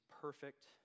perfect